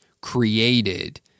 created